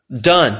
Done